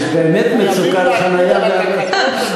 כי יש באמת מצוקת חניה ב"הדסה".